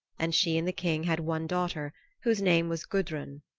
and she and the king had one daughter whose name was gudrun.